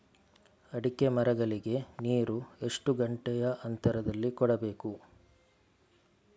ಅಡಿಕೆ ಮರಗಳಿಗೆ ನೀರು ಎಷ್ಟು ಗಂಟೆಯ ಅಂತರದಲಿ ಕೊಡಬೇಕು?